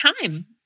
time